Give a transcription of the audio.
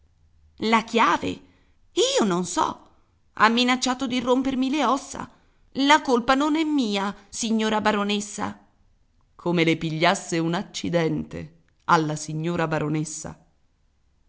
la chiave io non so ha minacciato di rompermi le ossa la colpa non è mia signora baronessa come le pigliasse un accidente alla signora baronessa